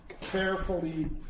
carefully